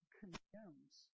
condemns